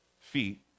feet